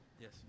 Yes